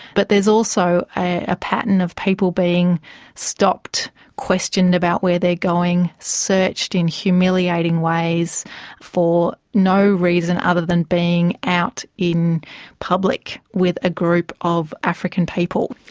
but there's also a pattern of people being stopped, questioned about where they're going, searched in humiliating ways for no reason other than being out in public with a group of african people.